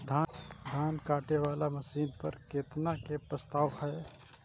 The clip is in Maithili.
धान काटे वाला मशीन पर केतना के प्रस्ताव हय?